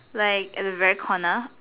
like at the very corner